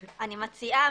אני מציעה,